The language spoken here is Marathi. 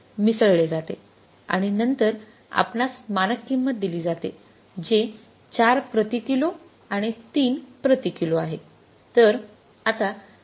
आणि नंतर आपणास मानक किंमत दिली जाते जे ४ प्रति किलो आणि ३ प्रति किलो आहे